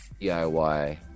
diy